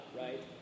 right